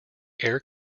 air